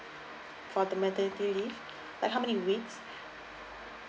for the maternity leave like how many weeks